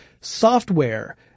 software